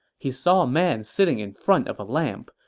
he saw a man sitting in front of a lamp,